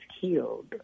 killed